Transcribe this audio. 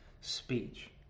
speech